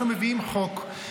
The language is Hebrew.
אנחנו מביאים חוק.